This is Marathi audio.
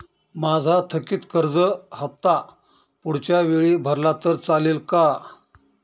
माझा थकीत कर्ज हफ्ता पुढच्या वेळी भरला तर चालेल का?